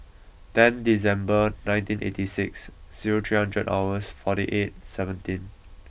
ten December nineteen eighty six zero charge at hours forty eight seventeen